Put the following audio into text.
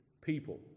people